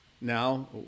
now